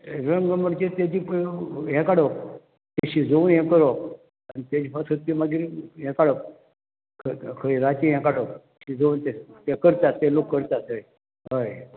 रंग म्हणजे तेजी हें काडप तें शिजोवन हें करप आनी तेजें हो सद्यो मागीर हें काडप खंयराचें हें काडप शिजोवन ते करतात ते लोक करतात थंय हय